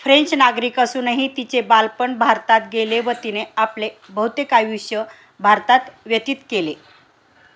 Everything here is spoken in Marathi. फ्रेंच नागरिक असूनही तिचे बालपण भारतात गेले व तिने आपले बहुतेक आयुष्य भारतात व्यतीत केले